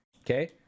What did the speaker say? Okay